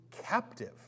Captive